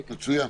מצוין.